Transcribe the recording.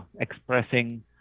expressing